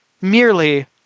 merely